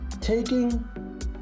Taking